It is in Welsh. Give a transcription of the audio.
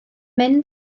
mynd